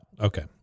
Okay